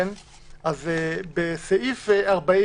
בסעיף 50